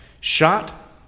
shot